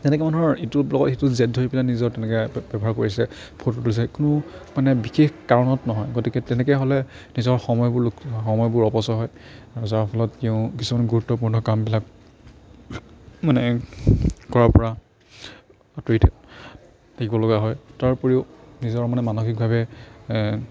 তেনেকৈ মানুহৰ ইটোৰ লগত সিটোৰ জেদ ধৰি পেলাই নিজৰ তেনেকৈ ব্যৱহাৰ কৰিছে ফটো তুলিছে কোনো মানে বিশেষ কাৰণত নহয় গতিকে তেনেকৈ হ'লে নিজৰ সময়বোৰ সময়বোৰ অপচৰ হয় যাৰ ফলত কিয় কিছুমান গুৰুত্বপূৰ্ণ কামবিলাক মানে কৰাৰপৰা আঁতৰি থাকি থাকিব লগা হয় তাৰ উপৰিও নিজৰ মানে মানসিকভাৱে